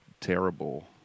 Terrible